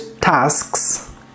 tasks